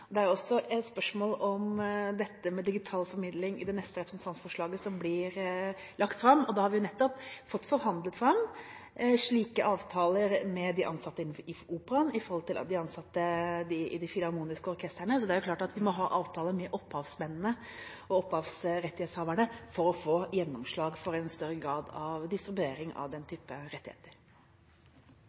Det er jo også et spørsmål om dette med digital formidling i det neste representantforslaget som blir lagt fram. Vi har nettopp fått forhandlet fram slike avtaler med de ansatte i Operaen og i de filharmoniske orkestrene. Det er jo klart at vi må ha avtaler med opphavsmennene og rettighetshaverne for å få gjennomslag for en større grad av distribuering av denne type rettigheter.